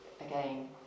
again